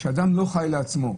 שאדם לא חי לעצמו.